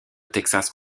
texas